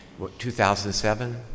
2007